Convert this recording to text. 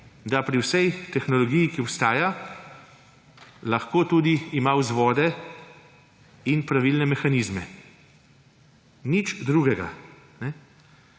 da pri vsej tehnologiji, ki obstaja, lahko tudi ima vzvode in pravilne mehanizme. Nič drugega.